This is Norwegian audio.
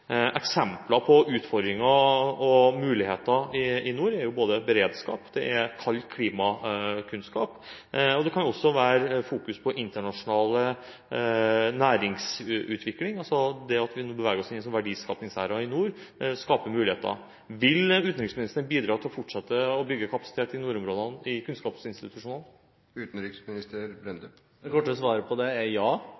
muligheter i nord er både beredskap og kunnskap om kaldt klima, og det kan også være fokusering på internasjonal næringsutvikling; altså det at vi nå beveger oss inn i en verdiskapingsæra i nord, skaper muligheter. Vil utenriksministeren bidra til å fortsette å bygge kapasitet i nordområdene i kunnskapsinstitusjonene?